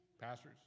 pastors